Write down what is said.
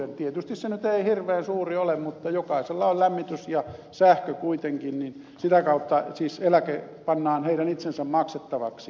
tietysti se nyt ei hirveän suuri ole mutta jokaisella on lämmitys ja sähkö kuitenkin niin että sitä kautta siis eläke pannaan heidän itsensä maksettavaksi